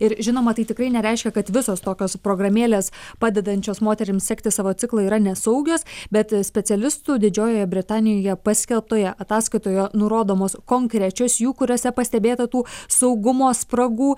ir žinoma tai tikrai nereiškia kad visos tokios programėlės padedančios moterims sekti savo ciklą yra nesaugios bet specialistų didžiojoje britanijoje paskelbtoje ataskaitoje nurodomos konkrečios jų kuriose pastebėta tų saugumo spragų